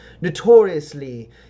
notoriously